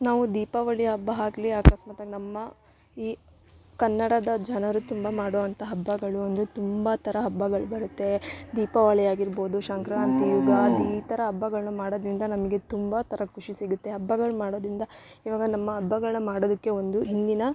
ನಾವು ದೀಪಾವಳಿ ಹಬ್ಬ ಆಗ್ಲಿ ಅಕಸ್ಮಾತಾಗಿ ನಮ್ಮ ಈ ಕನ್ನಡದ ಜನರು ತುಂಬ ಮಾಡೋವಂಥ ಹಬ್ಬಗಳು ಅಂದರೆ ತುಂಬ ಥರ ಹಬ್ಬಗಳು ಬರುತ್ತೆ ದೀಪಾವಳಿ ಆಗಿರ್ಬೋದು ಸಂಕ್ರಾಂತಿ ಯುಗಾದಿ ಈ ಥರ ಹಬ್ಬಗಳ್ನ ಮಾಡೋದ್ರಿಂದ ನಮಗೆ ತುಂಬ ಥರ ಖುಷಿ ಸಿಗುತ್ತೆ ಹಬ್ಬಗಳು ಮಾಡೋದ್ರಿಂದ ಇವಾಗ ನಮ್ಮ ಹಬ್ಬಗಳ ಮಾಡೋದಕ್ಕೆ ಒಂದು ಹಿಂದಿನ